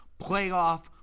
playoff